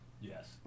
Yes